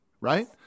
right